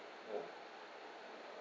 mm